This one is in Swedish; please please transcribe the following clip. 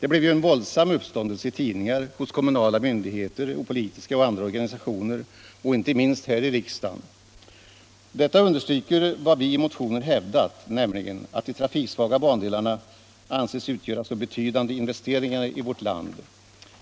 Det blev en våldsam uppståndelse i tidningar, hos kommunala myndigheter och politiska och andra organisationer och inte minst här i riksdagen. Detta understryker vad vi i motionen hävdat, nämligen att de trafiksvaga bandelarna anses utgöra så betydande invésteringar i vårt land